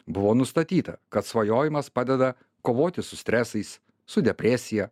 buvo nustatyta kad svajojimas padeda kovoti su stresais su depresija